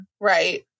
Right